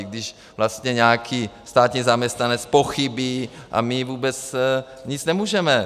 Když vlastně nějaký státní zaměstnanec pochybí, my vůbec nic nemůžeme.